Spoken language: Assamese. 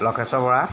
লক্ষেশ্বৰ বৰা